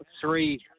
three